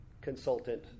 consultant